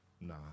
Nah